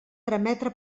trametre